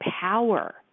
power